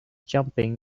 jumping